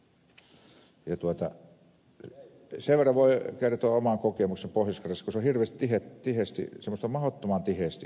sen verran voin kertoa oman kokemuksen pohjois karjalasta koska se on semmoista mahdottoman tiheästi asuttua aluetta